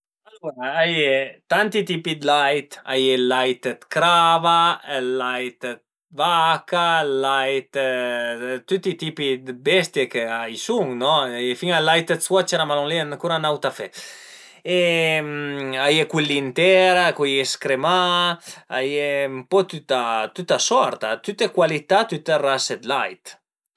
Alura a ie tanti tipi dë lait, a ie ël lait dë crava, ël lait dë vaca, ël lait dë tüti i tipi dë bestie ch'a i sun, no, a ie fin ël lait dë suocera, ma cul li al e ancura ün aut afé e a ie cul li ënter, cui scremà, a ie ën po tüta sorta, tüte cualità, tüte rase d'lait